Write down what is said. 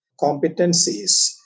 competencies